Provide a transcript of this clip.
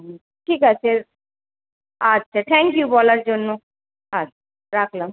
ঠিক আছে আচ্ছা থ্যাংক ইউ বলার জন্য আচ্ছা রাখলাম